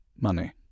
money